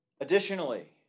Additionally